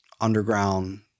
underground